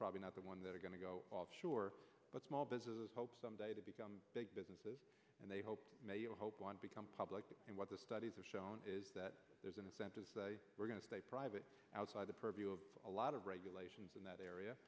probably not the ones that are going to go sure but small businesses hope someday to become big businesses and they hope will help one become public and what the studies have shown is that there's an incentive we're going to stay private outside the purview of a lot of regulations in that area